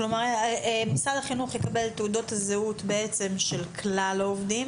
משרד החינוך יקבל את תעודות הזהות של כלל העובדים,